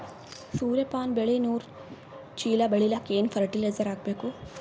ಸೂರ್ಯಪಾನ ಬೆಳಿ ನೂರು ಚೀಳ ಬೆಳೆಲಿಕ ಏನ ಫರಟಿಲೈಜರ ಹಾಕಬೇಕು?